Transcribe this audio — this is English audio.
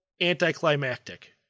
anticlimactic